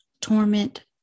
torment